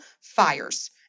fires